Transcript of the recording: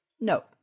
No